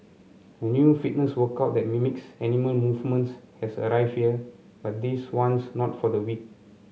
a new fitness workout that mimics animal movements has arrived here but this one's not for the weak